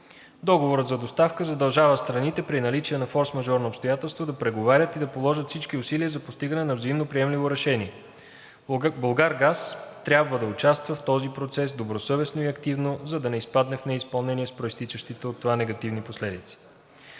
Договорът за доставка задължава страните при наличие на форсмажорно обстоятелство да преговарят и да положат всички усилия за постигане на взаимноприемливо решение. „Булгаргаз“ трябва да участва в този процес добросъвестно и активно, за да не изпадне в неизпълнение, с произтичащите от това негативни последици.